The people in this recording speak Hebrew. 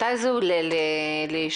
מתי זה עולה לאישור?